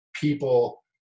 people